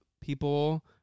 people